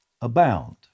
abound